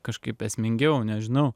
kažkaip esmingiau nežinau